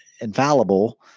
infallible